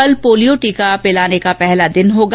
कल पोलियो टीका पिलाने का पहला दिन होगा